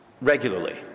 regularly